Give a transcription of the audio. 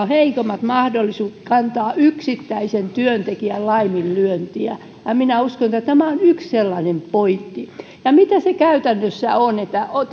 heikommat mahdollisuudet kantaa yksittäisen työntekijän laiminlyöntiä ja minä uskon että tämä on yksi sellainen pointti ja mitä se käytännössä on